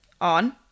on